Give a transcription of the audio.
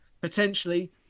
potentially